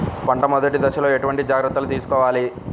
పంట మెదటి దశలో ఎటువంటి జాగ్రత్తలు తీసుకోవాలి?